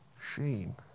shame